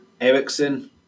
Ericsson